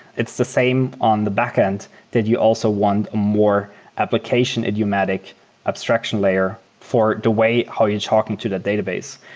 it's the same on the backend that you also want more application idiomatic abstraction layer for the way how you're talking to the database.